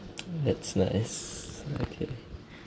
that's nice okay